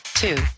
two